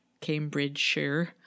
Cambridgeshire